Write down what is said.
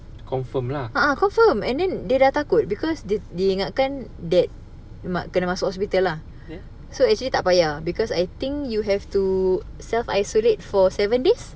confirm lah